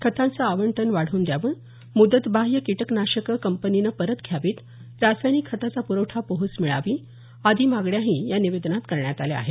खताचं आवंटन वाढवून द्यावं मुदतबाह्य कीटकनाशकं कंपनीनं परत घ्यावीत रासायनिक खताचा प्रवठा पोहोच मिळावी आदी मागण्याही या निवेदनात करण्यात आल्या आहेत